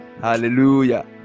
hallelujah